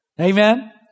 Amen